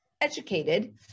educated